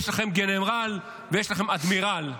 יש לכם גנרל ויש לכם אדמירל.